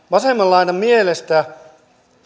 vasemman laidan mielestä